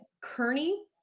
kearney